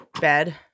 bed